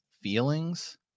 feelings